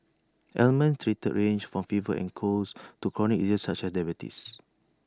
ailments treated range from fevers and colds to chronic diseases such as diabetes